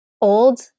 old